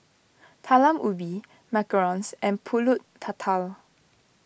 Talam Ubi Macarons and Pulut Tatal